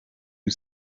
you